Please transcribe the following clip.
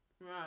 Right